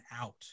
out